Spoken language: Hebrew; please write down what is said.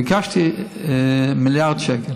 ביקשתי מיליארד שקל.